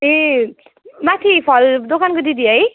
ए माथि फल दोकानको दिदी है